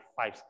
five